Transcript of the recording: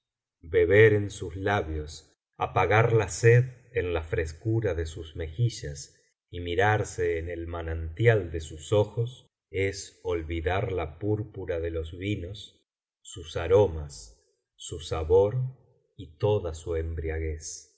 beber en sus labios apagar la sed en la frescura de sus mejillas y mirarse en el manantial de sus ojos es olvidar la purpura de los vinos sus aromas su sabor y toda su embriaguez